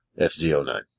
FZ09